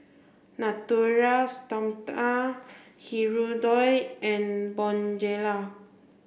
Natura Stoma Hirudoid and Bonjela